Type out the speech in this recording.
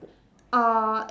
uh